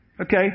Okay